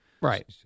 Right